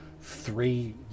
three